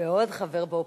ועוד חבר באופוזיציה.